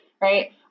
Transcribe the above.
Right